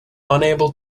unable